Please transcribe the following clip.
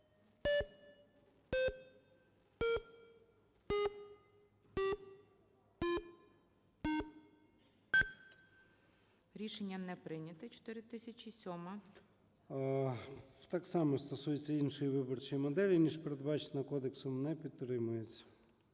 ЧЕРНЕНКО О.М. Так само стосується іншої виборчої моделі, ніж передбачено кодексом. Не підтримується.